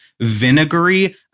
vinegary